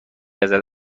ازت